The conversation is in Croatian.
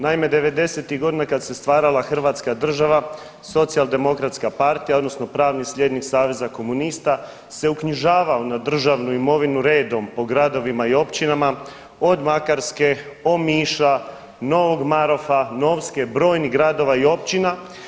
Naime, '90. godina kad se stvarala Hrvatska država Socijaldemokratska partija odnosno pravni slijednik Saveza komunista se uknjižavao na državnu imovinu redom po gradovima i općinama od Makarske, Omiša, Novog Marofa, Novske, brojnih gradova i općina.